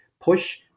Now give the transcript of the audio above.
push